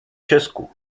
česku